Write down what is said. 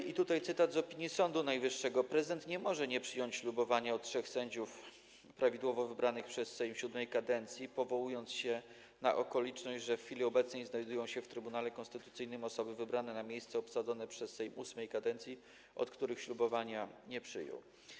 I tutaj cytat z opinii Sądu Najwyższego: Prezydent nie może nie przyjąć ślubowania od trzech sędziów prawidłowo wybranych przez Sejm VII kadencji, powołując się na okoliczność, że w chwili obecnej znajdują się w Trybunale Konstytucyjnym osoby wybrane na miejsce obsadzone przez Sejm VIII kadencji, od których ślubowania nie przyjął.